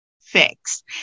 fix